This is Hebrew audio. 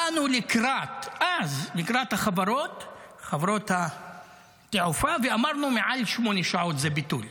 באנו אז לקראת חברות התעופה ואמרנו שמעל שמונה שעות זה ביטול.